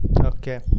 okay